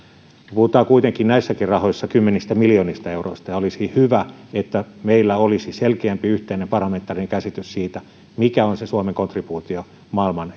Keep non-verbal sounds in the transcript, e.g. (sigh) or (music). puhutaan kuitenkin näissäkin rahoissa kymmenistä miljoonista euroista niin olisi hyvä että meillä olisi selkeämpi yhteinen parlamentaarinen käsitys siitä mikä on se suomen kontribuutio maailman (unintelligible)